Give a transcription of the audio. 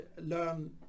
learn